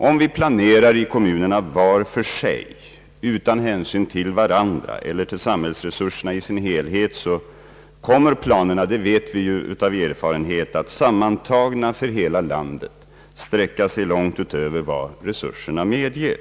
Om kommunerna planerar var för sig utan hänsyn till varandra eller till samhällsresurserna i deras helhet, kommer planerna — det vet vi av erfarenhet — att sträcka sig långt utöver vad resurserna medger.